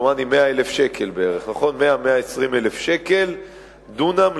דומני 100,000 120,000 שקל בערך לדונם,